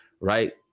right